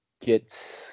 get